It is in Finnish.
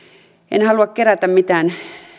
en halua kerätä mitään